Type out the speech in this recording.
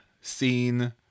scene